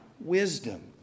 wisdom